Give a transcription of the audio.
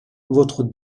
votre